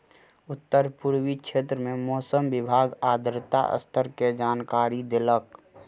उत्तर पूर्वी क्षेत्र में मौसम विभाग आर्द्रता स्तर के जानकारी देलक